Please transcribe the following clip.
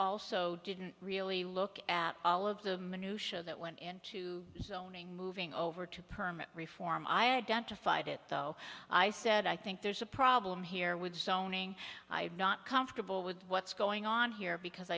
also didn't really look at all of them a new show that went into zoning moving over to permit reform i identified it though i said i think there's a problem here with zoning i'm not comfortable with what's going on here because